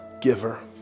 giver